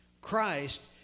Christ